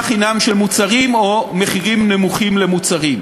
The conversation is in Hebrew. חינם של מוצרים או קביעת מחירים נמוכים למוצרים.